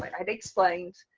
like i'd explained,